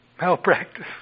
malpractice